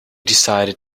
decided